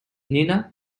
nina